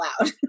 loud